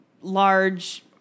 large